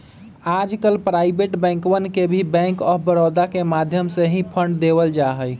आजकल प्राइवेट बैंकवन के भी बैंक आफ बडौदा के माध्यम से ही फंड देवल जाहई